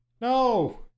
no